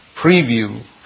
preview